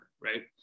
right